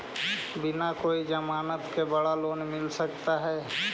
बिना कोई जमानत के बड़ा लोन मिल सकता है?